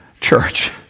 church